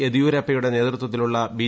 യദൂരപ്പയുടെ നേതൃത്വത്തിലുള്ള ബി